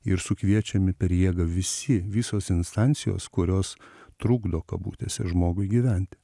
ir sukviečiami per jėgą visi visos instancijos kurios trukdo kabutėse žmogui gyventi